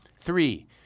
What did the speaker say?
Three